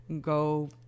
go